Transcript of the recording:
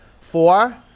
Four